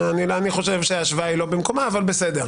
אני חושב שההשוואה היא לא במקומה, אבל בסדר.